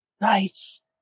Nice